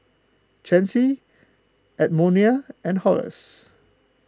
Chancey Edmonia and Horace